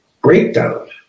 breakdown